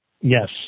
Yes